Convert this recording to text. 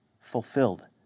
fulfilled